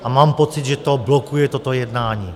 A mám pocit, že to blokuje toto jednání.